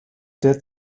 der